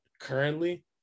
currently